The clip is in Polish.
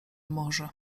może